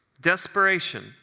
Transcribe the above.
Desperation